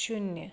शुन्य